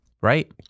Right